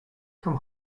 come